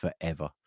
Forever